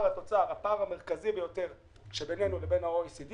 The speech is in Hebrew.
המרכזי ביותר בינינו לבין ה-OECD